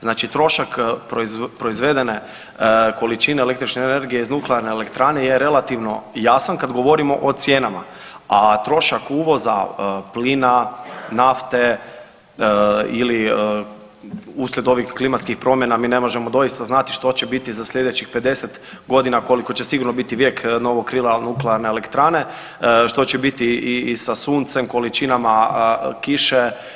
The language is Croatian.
Znači trošak proizvedene količine električne energije iz nuklearne elektrane je relativno jasan kad govorimo o cijenama, a trošak uvoza plina, nafte ili uslijed ovih klimatskih promjena mi ne možemo doista znati što će biti za sljedećih 50 godina koliko će sigurno biti vijek novog krila nuklearne elektrane, što će biti i sa suncem, količinama kiše.